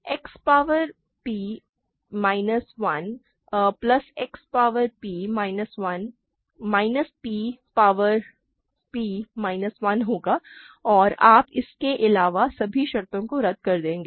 एक X power p minus 1 plus X power p minus 1 minus X power p minus 1 होगा और आप इसके अलावा सभी शर्तों को रद्द कर देंगे